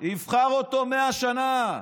יבחר אותו 100 שנה,